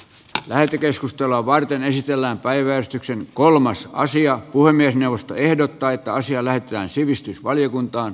lähetekeskustelua varten esitellään päiväystyksen kolmas naisia puhemiesneuvosto ehdottaa että asia lähetetään sivistysvaliokuntaan